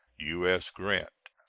u s. grant.